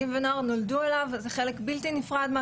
בגלל המאפיינים הייחודיים של הרשת,